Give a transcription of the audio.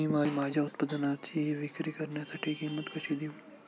मी माझ्या उत्पादनाची विक्री करण्यासाठी किंमत कशी देऊ?